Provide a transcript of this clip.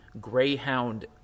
greyhound